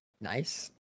nice